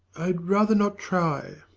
i'd rather not try.